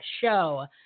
show